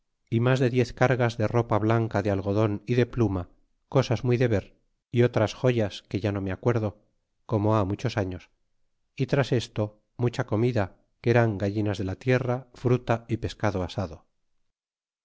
y mas de diez cargas de ropa blanca de algodon y de pluma cosas muy de ver y otras joyas que ya no me acuerdo como ha muchos años y tras esto mucha comide que eran gallinas de la tierra fruta y pescado asado